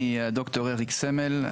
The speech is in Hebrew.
אני ד"ר אריק סמל,